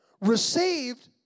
received